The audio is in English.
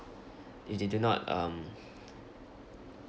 if they do not um